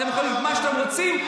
אתם יכולים להגיד מה שאתם רוצים,